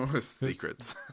Secrets